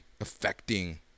Affecting